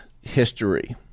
history